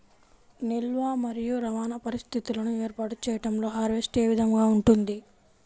నిల్వ మరియు రవాణా పరిస్థితులను ఏర్పాటు చేయడంలో హార్వెస్ట్ ఏ విధముగా ఉంటుంది?